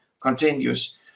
continues